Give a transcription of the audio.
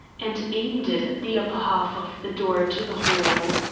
and aimed it at the upper half of the door to the hall.